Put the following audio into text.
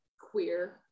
queer